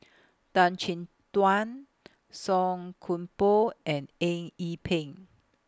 Tan Chin Tuan Song Koon Poh and Eng Yee Peng